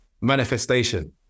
manifestation